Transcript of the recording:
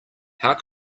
how